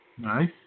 Nice